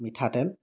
মিঠাতেল